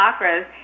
chakras